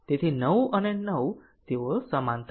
તેથી 9 અને 9 તેઓ સમાંતર છે